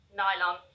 nylon